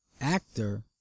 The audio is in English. Actor